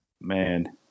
man